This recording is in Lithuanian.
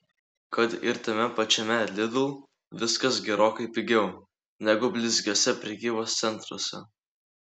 kad ir tame pačiame lidl viskas gerokai pigiau negu blizgiuose prekybos centruose